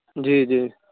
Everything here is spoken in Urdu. جی جی